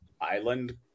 island